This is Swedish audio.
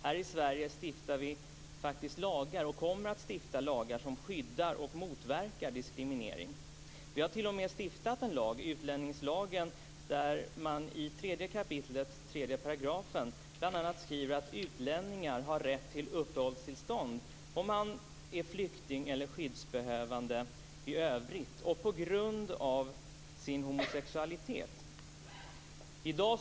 Här i Sverige stiftar vi och kommer att stifta lagar som skyddar och motverkar diskriminering. Vi har t.o.m. stiftat en lag, utlänningslagen, där det i 3 kap. 3 § bl.a. står att utlänningar har rätt till uppehållstillstånd om de är flyktingar, skyddsbehövande i övrigt och på grund av homosexualitet. Fru talman!